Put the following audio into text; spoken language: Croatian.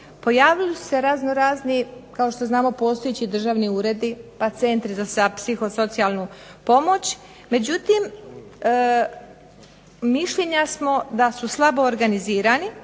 pojavili su se razno-razni kao što znamo postojeći državni uredi, pa Centri za psihosocijalnu pomoć međutim mišljenja smo da su slabo organizirani